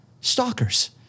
Stalkers